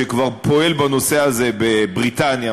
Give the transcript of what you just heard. שכבר פועל בנושא הזה בבריטניה,